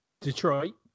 Detroit